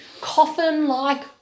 coffin-like